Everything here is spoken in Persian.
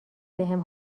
بهم